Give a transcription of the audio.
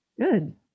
Good